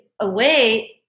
away